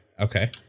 Okay